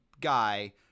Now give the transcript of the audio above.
guy